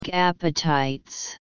Appetites